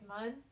man